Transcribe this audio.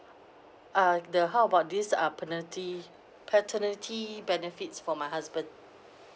ah the how about this ah penalty paternity benefits for my husband